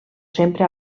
sempre